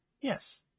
Yes